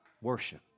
Worship